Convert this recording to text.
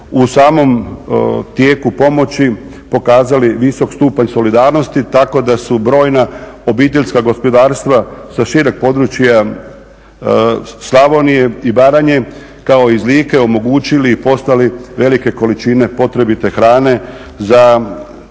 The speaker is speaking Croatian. u samom tijeku pomoći pokazali visok stupanj solidarnosti tako da su brojna OPG-i sa šireg područja Slavonije i Baranje kao iz Like omogućili i poslali velike količine potrebite hrane za prehranu